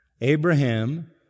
Abraham